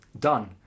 Done